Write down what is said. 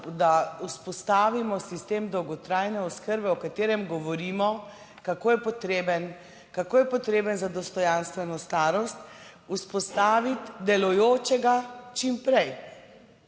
da vzpostavimo sistem dolgotrajne oskrbe, o katerem govorimo, kako je potreben, kako je potreben za dostojanstveno starost, vzpostaviti delujočega, čim prej